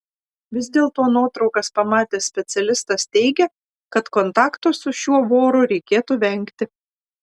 vis dėlto nuotraukas pamatęs specialistas teigė kad kontakto su šiuo voru reikėtų vengti